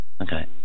Okay